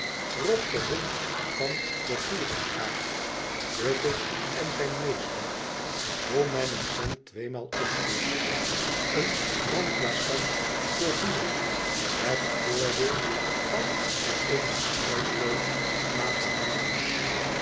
rob de hond van den gierigaard griffith en zijn meester hoe men een cent tweemaal omkeert eien remplagant voor vuur het voordeel van er eene snuifdoos op na te houden